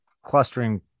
clustering